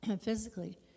physically